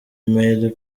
mail